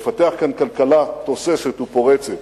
לפתח כאן כלכלה תוססת ופורצת,